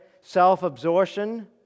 self-absorption